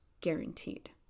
guaranteed